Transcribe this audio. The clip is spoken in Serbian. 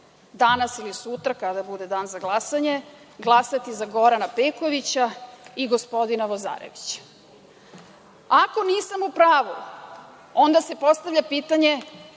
danas ili sutra kada bude dan za glasanje glasati za Gorana Pekovića i gospodina Lazarevića. Ako nisam u pravu, onda se postavlja pitanje